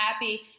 happy